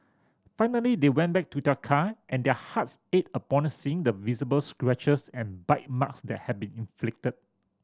finally they went back to their car and their hearts ached upon seeing the visible scratches and bite marks that had been inflicted